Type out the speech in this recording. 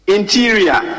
Interior